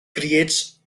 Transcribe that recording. creates